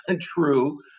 true